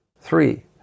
Three